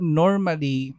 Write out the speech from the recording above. normally